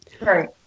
Right